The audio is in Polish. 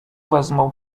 wezmą